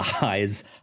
eyes